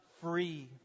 free